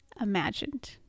imagined